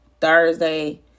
thursday